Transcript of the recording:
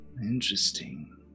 Interesting